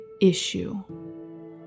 issue